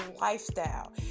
lifestyle